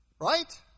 Right